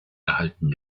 erhalten